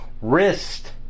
wrist